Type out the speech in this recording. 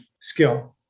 skill